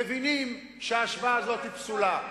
מבינים שההשוואה הזאת היא פסולה.